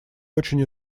очень